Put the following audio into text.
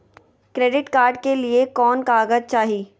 Credit card के लिए कौन कागज चाही?